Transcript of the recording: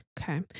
Okay